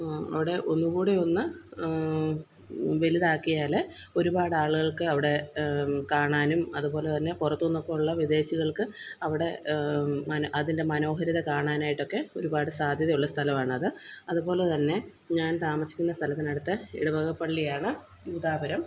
അവിടെ ഒന്നും കൂടെയൊന്നു വലുതാക്കിയാൽ ഒരുപാട് ആളുകള്ക്ക് അവിടെ കാണാനും അതുപോലെ തന്നെ പുറത്തു നിന്നൊക്കെയുള്ള വിദേശികള്ക്ക് അവിടെ അതിന്റെ മനോഹാരിത കാണാനായിട്ടൊക്കെ ഒരുപാട് സാധ്യതയുള്ള സ്ഥലമാണ് അത് അതുപോലെ തന്നെ ഞാന് താമസിക്കുന്ന സ്ഥലത്തിനടുത്ത് ഇടവക പള്ളിയാണ് യൂദാപുരം